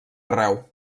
arreu